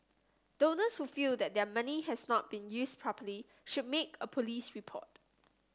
donors who feel that their money has not been used properly should make a police report